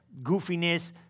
goofiness